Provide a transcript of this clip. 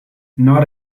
not